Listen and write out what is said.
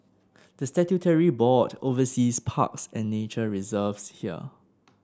the statutory board oversees parks and nature reserves here